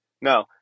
No